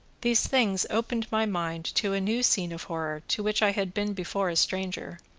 these things opened my mind to a new scene of horror to which i had been before a stranger.